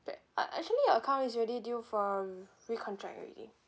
uh actually your account is already due for r~ recontract already